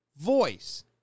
voice